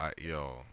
yo